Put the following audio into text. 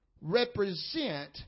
represent